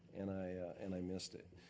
and i and i missed it.